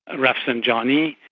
rafsanjani,